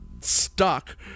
stuck